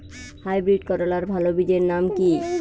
Hybrid করলার ভালো বীজের নাম কি?